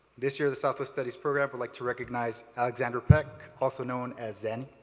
this year the southwest studies program would like to recognize alexandra peck, also known as xanny.